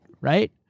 Right